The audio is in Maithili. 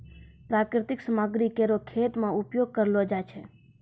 प्राकृतिक सामग्री केरो खेत मे उपयोग करलो जाय छै